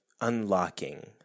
unlocking